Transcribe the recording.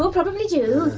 so probably do?